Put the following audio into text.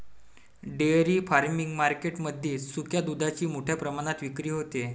dairy farming market मध्ये सुक्या दुधाची मोठ्या प्रमाणात विक्री होते